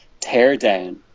teardown